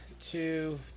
two